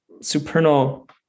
supernal